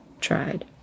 tried